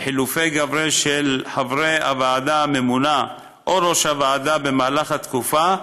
וחילופי גברי של חברי הוועדה הממונה או ראש הוועדה במהלך התקופה,